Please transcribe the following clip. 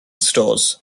stores